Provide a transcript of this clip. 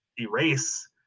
erase